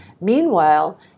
Meanwhile